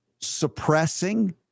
suppressing